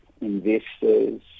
investors